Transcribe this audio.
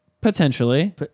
Potentially